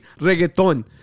Reggaeton